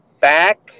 back